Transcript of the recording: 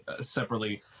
separately